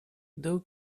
dow